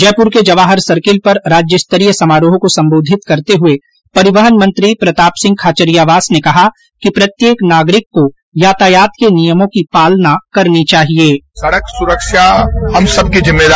जयपुर के जवाहर सर्किल पर राज्य स्तरीय समारोह को संबोधित करते हुए परिवहन मंत्री प्रताप सिंह खाचरियावास ने कहा कि प्रत्येक नागरिक को यातायात के नियमों की पालना करनी चाहिये